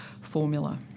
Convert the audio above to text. formula